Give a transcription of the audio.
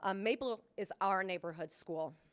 ah maple is our neighborhood school.